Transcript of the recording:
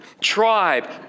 tribe